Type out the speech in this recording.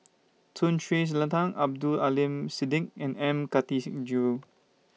Tun Sri Lanang Abdul Aleem Siddique and M Karthigesu